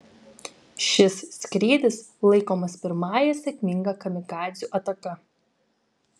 šis skrydis laikomas pirmąja sėkminga kamikadzių ataka